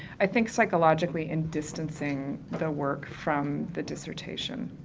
i think, psychologically in distancing the work from the dissertation,